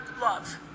love